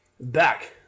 Back